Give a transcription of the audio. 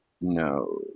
No